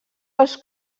els